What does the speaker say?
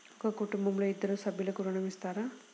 ఒక కుటుంబంలో ఇద్దరు సభ్యులకు ఋణం ఇస్తారా?